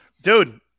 Dude